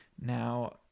Now